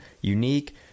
unique